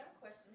question